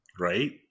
Right